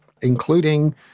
including